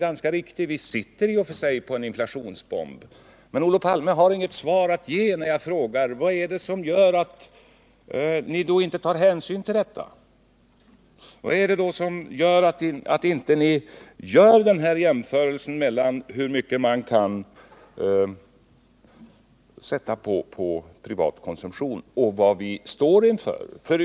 Men Olof Palme har inget svar att ge på min fråga, och det kvarstår för honom att klara ut följande: Vad är det som gör att ni då inte tar hänsyn till detta? Varför gör ni inte den här avvägningen mellan hur mycket man kan sätta av för privat konsumtion och de stora samhälleliga uppgifter vi står inför?